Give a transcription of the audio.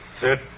Sit